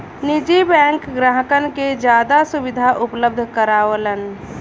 निजी बैंक ग्राहकन के जादा सुविधा उपलब्ध करावलन